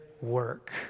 work